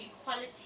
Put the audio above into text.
equality